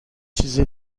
چیز